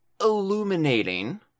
illuminating